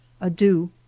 Adieu